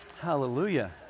Hallelujah